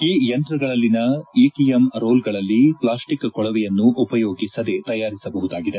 ಈ ಯಂತ್ರಗಳಲ್ಲಿನ ಇಟಿಎಂ ರೋಲ್ಗಳಲ್ಲಿ ಪ್ಲಾಸ್ಟಿಕ್ ಕೊಳವೆಯನ್ನು ಉಪಯೋಗಿಸದೆ ತಯಾರಿಸಬಹುದಾಗಿದೆ